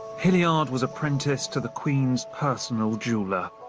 hilliard was apprenticed to the queen's personal jeweller.